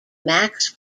max